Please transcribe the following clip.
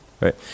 right